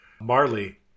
Marley